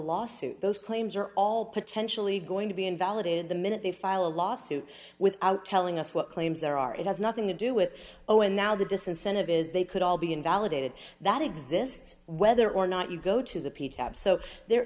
lawsuit those claims are all potentially going to be invalidated the minute they file a lawsuit without telling us what claims there are it has nothing to do with oh and now the disincentive is they could all be invalidated that exists whether or not you go to the p tab so there